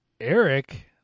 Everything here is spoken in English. Eric